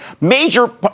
major